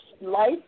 life